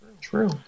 True